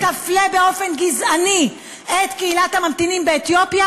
תפלה באופן גזעני את קהילת הממתינים באתיופיה,